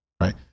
right